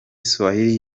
swahili